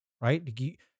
right